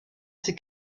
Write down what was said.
ses